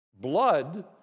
blood